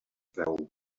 veu